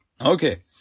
okay